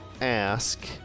ask